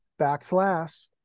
backslash